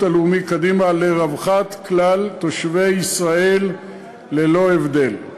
הלאומי קדימה לרווחת כלל תושבי ישראל ללא הבדל.